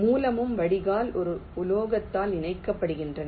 மூலமும் வடிகால் ஒரு உலோகத்தால் இணைக்கப்படுகின்றன